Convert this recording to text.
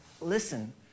listen